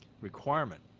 requirement